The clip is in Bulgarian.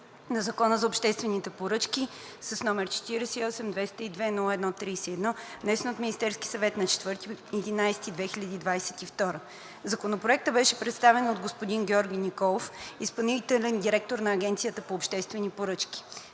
на Закона за обществените поръчки, № 48-202-01-31, внесен от Министерския съвет на 4 ноември 2022 г. Законопроектът беше представен от господин Георги Николов – изпълнителен директор на Агенцията по обществени поръчки.